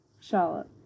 Charlotte